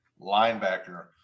linebacker